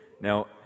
Now